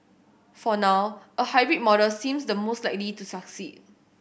for now a hybrid model seems the most likely to succeed